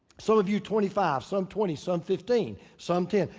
some of you twenty five, some twenty, some fifteen, some ten.